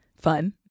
fun